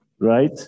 right